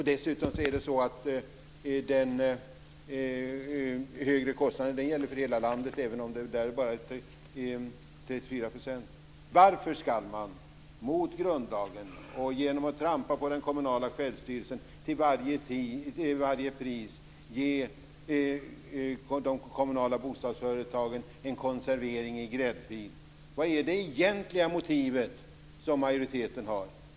Dessutom gäller de högre kostnaderna för hela landet, även om det där är bara 34 %. Varför ska man mot grundlagen och genom att trampa på den kommunala självstyrelsen till varje pris ge de kommunala bostadsföretagen en konservering i gräddfil? Vad är majoritetens egentliga motiv?